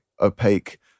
opaque